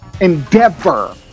endeavor